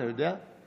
אתה יודע?